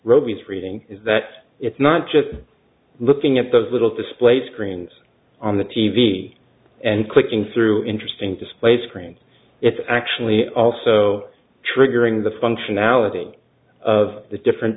robi's reading is that it's not just looking at those little display screens on the t v and clicking through interesting display screens it's actually also triggering the functionality of the different